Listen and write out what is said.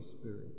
Spirit